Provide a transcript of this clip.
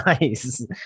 Nice